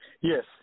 Yes